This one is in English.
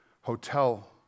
hotel